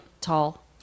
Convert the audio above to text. tall